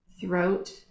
throat